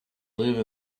live